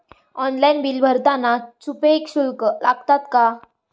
Online bill भरताना छुपे शुल्क लागतात का?